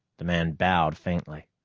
the man bowed faintly.